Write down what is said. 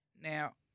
Now